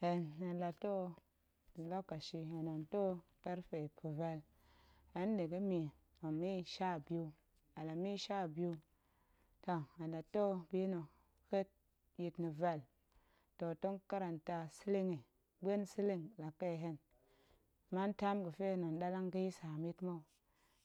Hen hen la too nda̱ lokaci hen tong too kefe pa̱vel, hen nda̱ ga̱mi, tong mi shiabiu, toh hen tong too bina̱, pet yit na̱ vel too tong karanta siling yi, ɓuan siling la ƙe hen, man tim ga̱fe hen tong ɗallang ga̱yit saam yit mou,